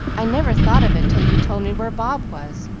i never thought of it till you told me where bob was,